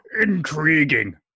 Intriguing